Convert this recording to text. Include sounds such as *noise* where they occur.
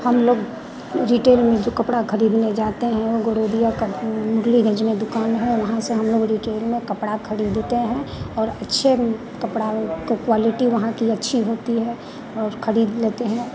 हम लोग रिटेल में जो कपड़ा खरीदने जाते हैं वो गदौदिया कंपनी *unintelligible* गंज में दुकान हैं वहाँ से हम लोग रिटेल में कपड़ा खरीदते हैं और अच्छे कपड़ा वह क क्वालिटी वहाँ की अच्छी होती है और खरीद लेते हैं